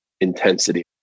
intensity